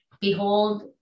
behold